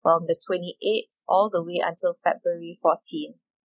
from the twenty eighth all the way until february fourteenth